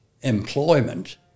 employment